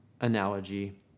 analogy